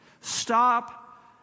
Stop